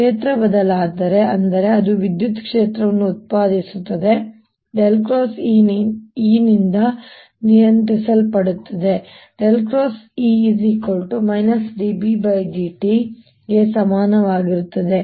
ಕ್ಷೇತ್ರ ಬದಲಾದರೆ ಅಂದರೆ ಅದು ವಿದ್ಯುತ್ ಕ್ಷೇತ್ರವನ್ನು ಉತ್ಪಾದಿಸುತ್ತದೆ ಮತ್ತು ಅದು ನಿಂದ ನಿಯಂತ್ರಿಸಲ್ಪಡುತ್ತದೆ ಇದು B∂t ಗೆ ಸಮನಾಗಿರುತ್ತದೆ